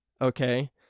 okay